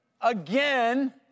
again